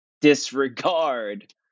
disregard